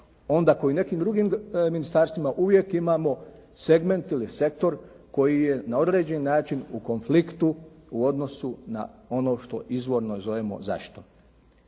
razumije./ … ministarstvima uvijek imamo segment ili sektor koji je na određeni način u konfliktu u odnosu na ono što izvorno zovemo zaštitom.